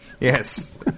Yes